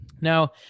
Now